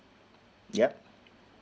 yup